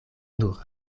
nur